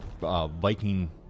Viking